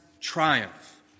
triumph